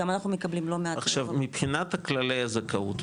גם אנחנו מקבלים לא מעט --- עכשיו מבחינת כלליי הזכאות,